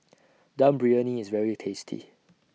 Dum Briyani IS very tasty